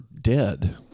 dead